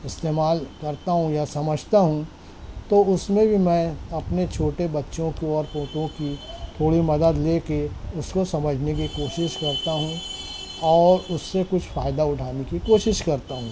استعمال کرتا ہوں یا سمجھتا ہوں تو اس میں بھی میں اپنے چھوٹے بچوں کو اور پوتوں کی تھوڑی مدد لے کے اس کو سمجھنے کی کوشش کرتا ہوں اور اس سے کچھ فائدہ اٹھانے کی کوشش کرتا ہوں